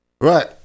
Right